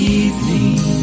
evening